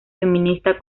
feminista